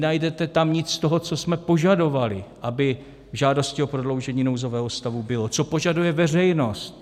Nenajdete tam nic z toho, co jsme požadovali, aby v žádosti o prodloužení nouzového stavu bylo, co požaduje veřejnost.